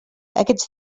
aquests